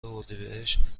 اردیبهشت